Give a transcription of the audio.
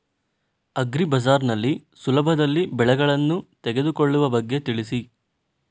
agri Bazaar ನಲ್ಲಿ ಸುಲಭದಲ್ಲಿ ಬೆಳೆಗಳನ್ನು ತೆಗೆದುಕೊಳ್ಳುವ ಬಗ್ಗೆ ತಿಳಿಸಿ